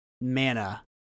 mana